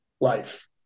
life